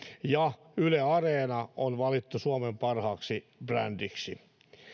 ja yle areena on valittu suomen parhaaksi brändiksi